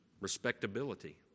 respectability